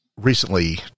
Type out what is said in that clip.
Recently